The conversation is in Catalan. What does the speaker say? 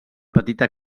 petita